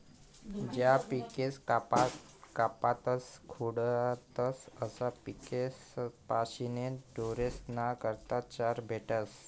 ज्या पिके कापातस खुडातस अशा पिकेस्पाशीन ढोरेस्ना करता चारा भेटस